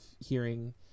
hearing